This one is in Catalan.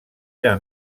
era